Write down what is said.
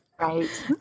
right